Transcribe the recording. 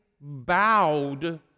bowed